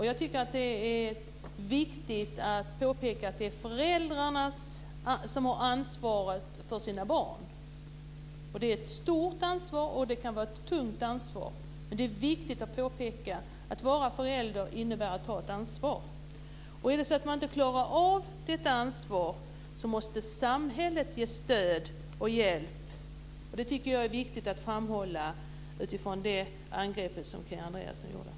Jag tycker att det är viktigt att påpeka att det är föräldrarna som har ansvaret för sina barn, och det är ett stort ansvar, och det kan vara ett tungt ansvar, men det är viktigt att påpeka att det innebär ett ansvar att vara förälder. Och är det så att man inte klarar av detta ansvar måste samhället ge stöd och hjälp. Det tycker jag är viktigt att framhålla utifrån det angrepp som Kia Andreasson gjorde.